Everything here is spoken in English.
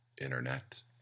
internet